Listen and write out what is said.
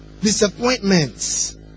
Disappointments